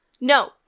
No